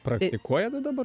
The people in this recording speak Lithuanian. praktikuojat dabar